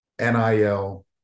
NIL